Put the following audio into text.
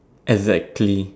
exactly